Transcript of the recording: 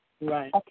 Right